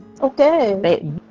Okay